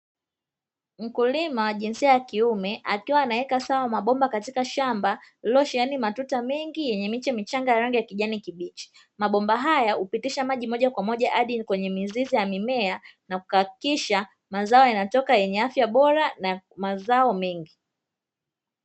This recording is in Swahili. Mkulima jinsia ya kiume akiwa anaweka sawa mabomba katika shamba lililosheheni matuta mengi yenye miche michanga ya rangi ya kijani kibichi, mabomba haya hupitisha maji mojakwamoja hadi kwenye mizizi ya mimea na kuhakikisha mazao yanatoka yenye afya bora na mazao mengi.